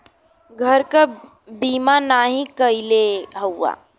घर क बीमा नाही करइले हउवा